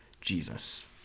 Jesus